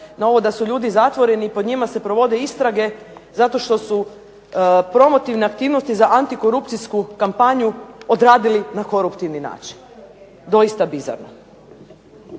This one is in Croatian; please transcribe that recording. na ovo da su ljudi zatvoreni, pod njima se provode istrage zato što su promotivne aktivnosti za antikorupcijsku kampanju odradili na koruptivni način. Doista bizarno.